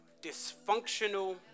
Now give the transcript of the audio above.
dysfunctional